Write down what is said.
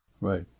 Right